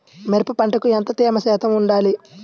మిరప పంటకు ఎంత తేమ శాతం వుండాలి?